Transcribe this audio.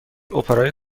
اپرای